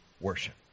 worship